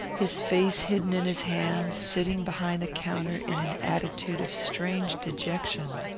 his face hidden in his hands, sitting behind the counter in an attitude of strange dejection.